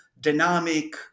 dynamic